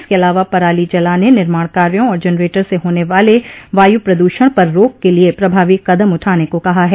इसके अलावा पराली जलाने निर्माण कार्यो और जनरेटर से होने वाले वायु प्रदूषण पर रोक के लिये प्रभावी कदम उठाने को कहा है